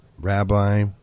rabbi